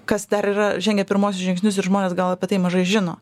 kas dar yra žengia pirmuosius žingsnius ir žmonės gal apie tai mažai žino